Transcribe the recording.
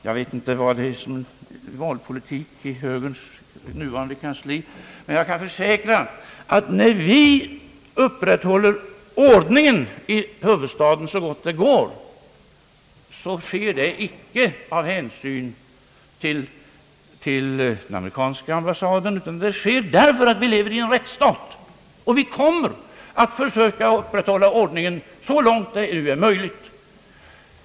Jag vet inte vad det förekommer för slags valpolitik i högerns nuvarande kansli, men jag kan försäkra att när vi upprätthåller ordningen i huvudstaden så gott det går, så sker det icke av hänsyn till den amerikanska ambassaden utan det sker därför att vi lever i en rättsstat, och vi kommer att försöka upprätthålla ordningen så långt det nu är möjligt.